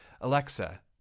Alexa